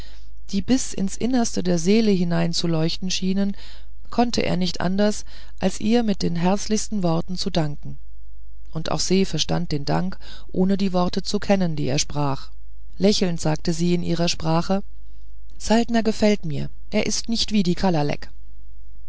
die bis ins innerste der seele hineinzuleuchten schienen konnte er nicht anders als ihr mit den herzlichsten worten danken und auch se verstand den dank ohne die worte zu kennen die er sprach lächelnd sagte sie in ihrer sprache saltner gefällt mir er ist nicht wie ein